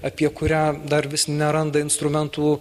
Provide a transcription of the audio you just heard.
apie kurią dar vis neranda instrumentų